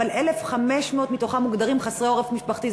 אבל 1,500 מתוכם מוגדרים חסרי עורף משפחתי,